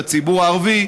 לציבור הערבי,